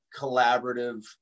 collaborative